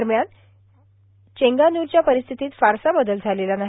दरम्यान चेंगानुरच्या परिस्थितीत फारसा बदल झालेला नाही